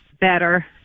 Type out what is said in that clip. better